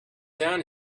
down